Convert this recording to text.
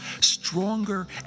stronger